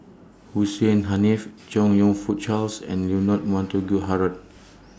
Hussein Haniff Chong YOU Fook Charles and Leonard Montague Harrod